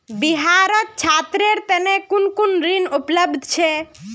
बिहारत छात्रेर तने कुन कुन ऋण उपलब्ध छे